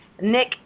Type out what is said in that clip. Nick